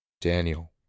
Daniel